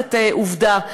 מערכת "עובדה".